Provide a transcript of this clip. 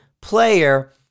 player